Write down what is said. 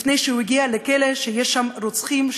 לפני שהוא יגיע לכלא שיש בו רוצחים,